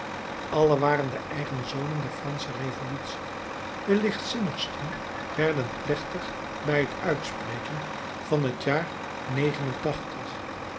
alle waren de eigen zonen der fransche revolutie de lichtzinnigsten werden plechtig bij het uitspreken van het jaar